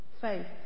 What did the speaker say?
Faith